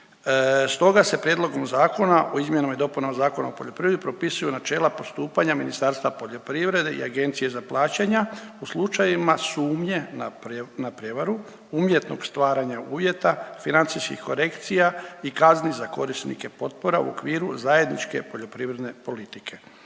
stoga se Prijedlogom zakona o izmjenama i dopunama Zakona o poljoprivredni propisuju načela postupanja Ministarstva poljoprivrede i Agencije za plaćanja u slučajevima sumnje na prijevaru umjetnog stvaranja uvjeta financijskih korekcija i kazni za korisnike potpora u okviru zajedničke poljoprivredne politike.